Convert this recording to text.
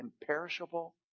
imperishable